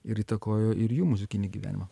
ir įtakojo ir jų muzikinį gyvenimą